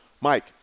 Mike